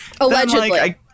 Allegedly